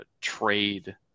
trade